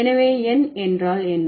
எனவே எண் என்றால் என்ன